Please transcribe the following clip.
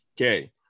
okay